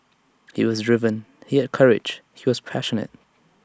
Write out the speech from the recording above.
he was driven he had courage he was passionate